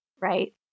right